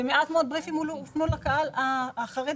ומעט מאוד בריפים הופנו לקהל החרדי.